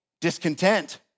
discontent